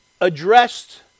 addressed